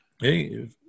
Hey